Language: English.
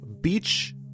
Beach